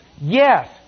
yes